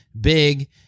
big